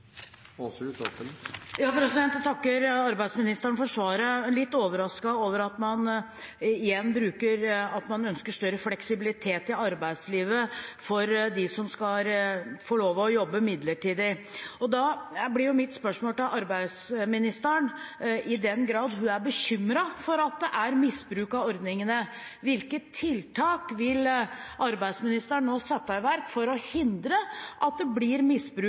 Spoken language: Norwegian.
Jeg takker arbeidsministeren for svaret. Jeg er litt overrasket over at man igjen ønsker større fleksibilitet i arbeidslivet for dem som skal få lov til å jobbe midlertidig. Da blir mitt spørsmål til arbeidsministeren: I den grad hun er bekymret for at det er misbruk av ordningen – hvilke tiltak vil arbeidsministeren nå sette i verk for å hindre at det blir misbruk